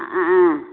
ஆ